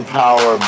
power